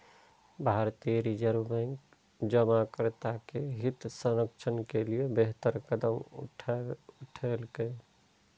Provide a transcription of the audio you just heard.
भारतीय reserve bank जमाकर्ता के हित संरक्षण के लिए बेहतर कदम उठेलकै